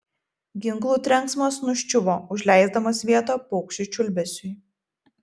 ginklų trenksmas nuščiuvo užleisdamas vietą paukščių čiulbesiui